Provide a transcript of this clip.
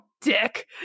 dick